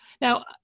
Now